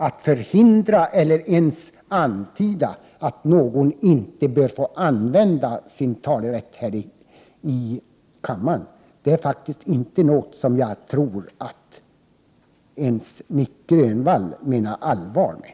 Att antyda att någon inte bör få använda sin talerätt här i kammaren måste vara något som Nic Grönvall inte menar allvar med.